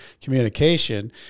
communication